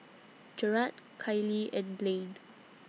Jerrad Kailee and Blaine